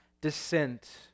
descent